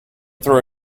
through